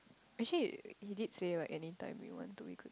actually he did say right anytime we want to we could